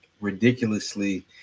ridiculously